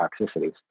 toxicities